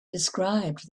described